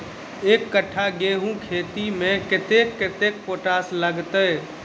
एक कट्ठा गेंहूँ खेती मे कतेक कतेक पोटाश लागतै?